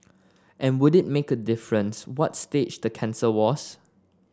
and would it make a difference what stage the cancer was